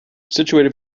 situated